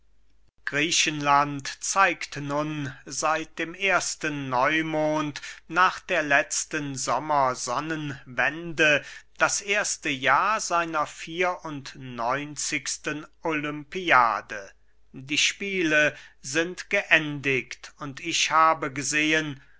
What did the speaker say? griechenland zählt nun seit dem ersten neumond nach der letzten sommer sonnenwende das erste jahr seiner vier und neunzigsten olympiade die spiele sind geendigt und ich habe gesehen